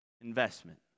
investment